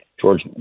George